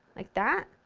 like that,